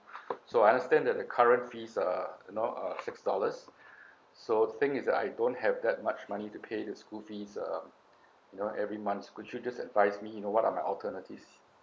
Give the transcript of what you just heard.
so I understand that the current fees are you know uh six dollars so the thing is I don't have that much money to pay the school fees uh you know every months could you just advise me you know what are my alternatives